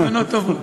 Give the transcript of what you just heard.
כוונות טובות,